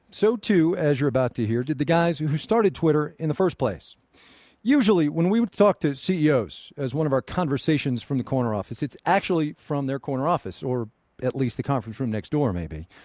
so, too, as you're about to hear, did the guys who who started twitter in the first place usually when we talk to ceos as one of our conversations from the corner office, it's actually from their corner office or at least the conference room next door maybe.